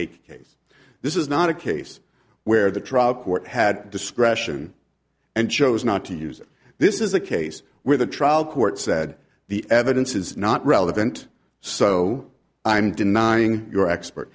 case this is not a case where the trial court had discretion and chose not to use this is a case where the trial court said the evidence is not relevant so i'm denying your expert